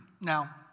Now